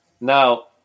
now